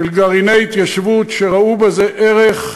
של גרעיני התיישבות שראו בזה ערך,